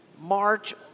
march